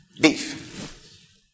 Beef